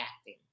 acting